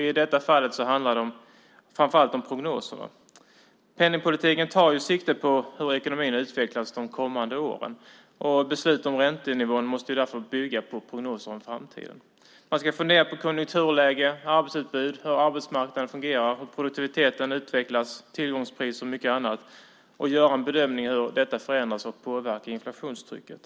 I det här fallet handlade det framför allt om prognoserna. Penningpolitiken tar sikte på hur ekonomin utvecklas de kommande åren. Beslut om räntenivån måste därför bygga på prognoser om framtiden. Man ska fundera på konjunkturläge, arbetsutbud, hur arbetsmarknaden fungerar, hur produktiviteten utvecklas, tillgångspriser och mycket annat och göra en bedömning av hur detta förändras och hur det påverkar inflationstrycket.